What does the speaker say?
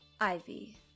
Ivy